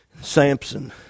Samson